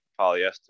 polyester